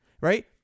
Right